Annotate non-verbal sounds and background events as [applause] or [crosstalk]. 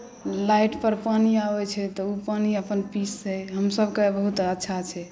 लाइटपर पानी आबैत छै तऽ ओ पानी अपन [unintelligible] हमसभके पानी बहुत अच्छा छै